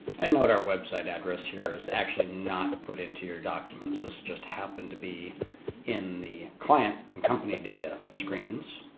and note our website address here is actually not put into your documents. this just happened to be in the client and company data screens.